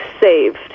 Saved